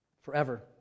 forever